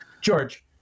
George